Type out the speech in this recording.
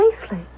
safely